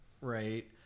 right